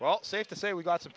well safe to say we've got some